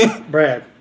Brad